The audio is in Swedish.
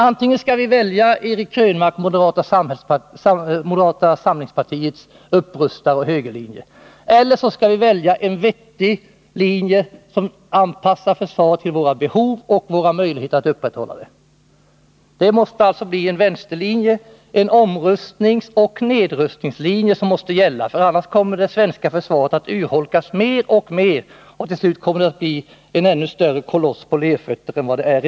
Antingen kan vi välja Eric Krönmarks och moderata samlingspartiets upprustaroch högerlinje eller en vettig linje som anpassar försvaret till våra behov och våra möjligheter att upprätthålla det. Vi måste välja en vänsterlinje, en omrustningsoch nedrustningslinje. Annars kommer det svenska försvaret att urholkas mer och mer, för att till slut bli en ännu större koloss på lerfötter än det i dag är.